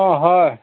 অঁ হয়